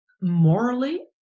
morally